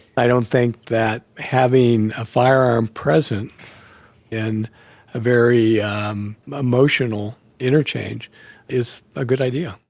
i don't think that having a firearm present in a very um emotional interchange is a good idea.